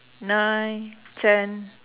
nine ten